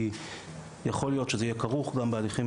כי יכול להיות שזה יהיה כרוך גם בהליכים